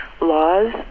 laws